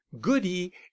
goody